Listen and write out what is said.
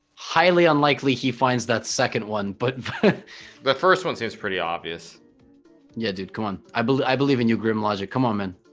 highly unlikely he finds that second one but the first one seems pretty obvious yeah dude come on i believe i believe in you grim logic come on man